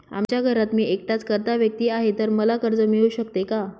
आमच्या घरात मी एकटाच कर्ता व्यक्ती आहे, तर मला कर्ज मिळू शकते का?